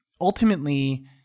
ultimately